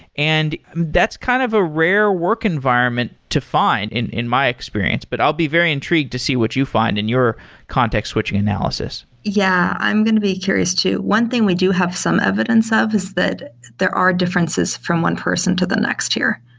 and that's kind of a rare work environment to find in in my experience. but i'll be very intrigued to see what you find in your context switching analysis. yeah. i'm going to be curious too. one thing we do have some evidence of is that there are differences from one person to the next here.